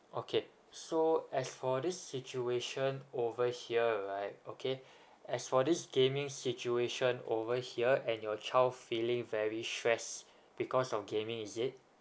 okay so as for this situation over here right okay as for this gaming situation over here and your child feeling very stress because of gaming is it